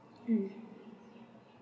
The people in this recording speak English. mm